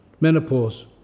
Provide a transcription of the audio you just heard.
menopause